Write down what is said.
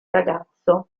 ragazzo